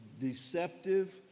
deceptive